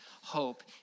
hope